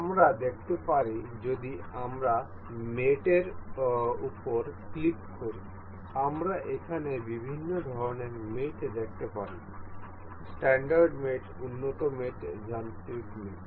আমরা দেখতে পারি যদি আমরা মেটের উপর ক্লিক করি আমরা এখানে বিভিন্ন ধরণের মেট দেখতে পারি স্ট্যান্ডার্ড মেট উন্নত মেট যান্ত্রিক মেট